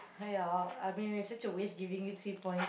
!aiya! I've been it's such a waste giving you three points